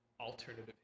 alternative